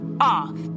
off